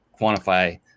quantify